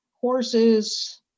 horses